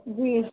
جی